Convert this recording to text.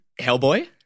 Hellboy